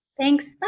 Thanks